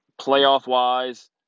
playoff-wise